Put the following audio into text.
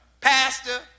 Pastor